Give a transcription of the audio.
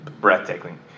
breathtaking